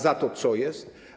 Za to co jest?